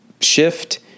shift